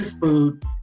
food